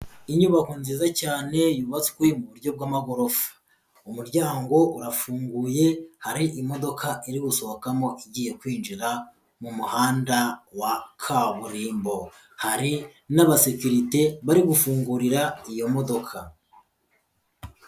Inyubako nziza cyane, yubatswe mu buryo bw'amagorofa. Umuryango urafunguye, hari imodoka iri gusohokamo, igiye kwinjira mu muhanda wa kaburimbo. Hari n'abasekirite, bari gufungurira iyo modoka.